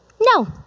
No